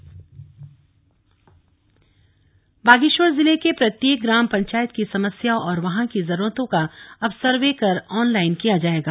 ग्राम panchayat survey Bageshwar जिले के प्रत्येक ग्राम पंचायत की समस्या और वहां की जरूरतों का अब सर्वे कर ऑनलाइन किया जाएगा